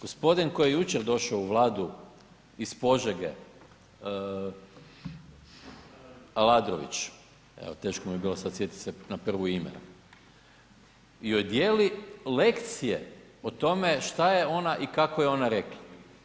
Gospodin koji je jučer došao u Vladu, iz Požege, [[Upadica sa strane: Aladrović.]] Aladrović, evo teško mi je bilo sad sjetit na prvu ime, i udijeli lekcije o tome šta je ona i kako je ona rekla.